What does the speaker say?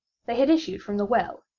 they had issued from the well,